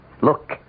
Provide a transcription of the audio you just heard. Look